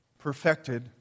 perfected